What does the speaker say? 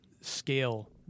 scale